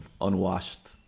unwashed